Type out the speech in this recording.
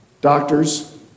doctors